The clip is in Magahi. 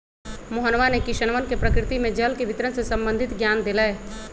मोहनवा ने किसनवन के प्रकृति में जल के वितरण से संबंधित ज्ञान देलय